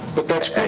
but that's